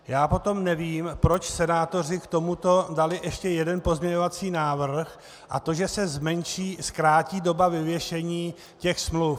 Já potom nevím, proč senátoři k tomuto dali ještě jeden pozměňovací návrh, a to že se zmenší, zkrátí doba vyvěšení těch smluv.